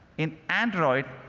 in android,